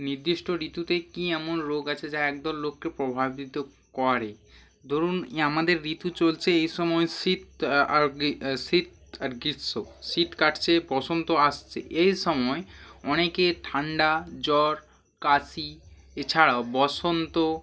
নির্দিষ্ট ঋতুতে কী এমন রোগ আছে যা একদল লোককে প্রভাবিত করে ধরুন ইয়ে আমাদের ঋতু চলছে এ সময় শীত আর গ্রী শীত আর গ্রীষ্ম শীত কাটছে বসন্ত আসছে এই সময় অনেকের ঠান্ডা জ্বর কাশি এছাড়াও বসন্ত